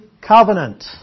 covenant